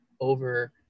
over